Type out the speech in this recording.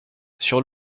sur